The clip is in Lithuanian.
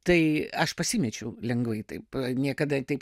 tai aš pasimečiau lengvai taip niekada taip